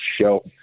show